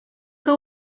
que